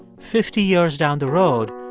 fifty years down the road,